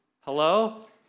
Hello